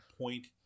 Point